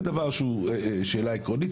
זה דבר שהוא שאלה עקרוני,